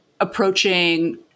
approaching